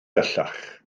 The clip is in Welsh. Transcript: bellach